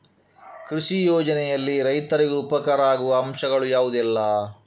ಕೃಷಿ ಯೋಜನೆಯಲ್ಲಿ ರೈತರಿಗೆ ಉಪಕಾರ ಆಗುವ ಅಂಶಗಳು ಯಾವುದೆಲ್ಲ?